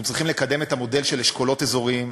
אנחנו צריכים לקדם את המודל של אשכולות אזוריים,